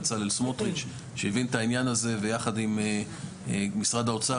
בצלאל סמוטריץ שהבין את העניין הזה ויחד עם משרד האוצר,